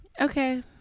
Okay